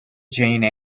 jane